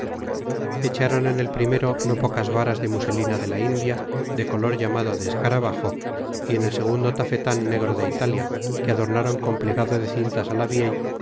echaron en el primero no pocas varas de muselina de la india de color llamado de escarabajo y en el segundo tafetán negro de italia que adornaron con plegado de cintas la